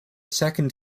second